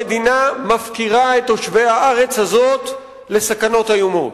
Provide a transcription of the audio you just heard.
המדינה מפקירה את תושבי הארץ הזאת לסכנות איומות.